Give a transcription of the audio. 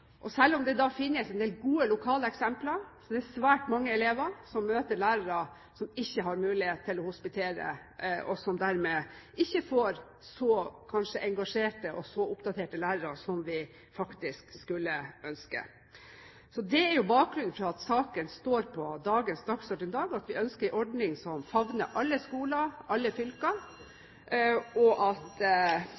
Selv om det finnes en del gode lokale eksempler, er det svært mange elever som møter lærere som ikke har mulighet til å hospitere, og som dermed kanskje ikke får så engasjerte og oppdaterte lærere som de skulle ønske. Så bakgrunnen for at saken står på dagens sakskart, er at vi ønsker en ordning som favner alle skoler og alle fylker.